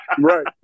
Right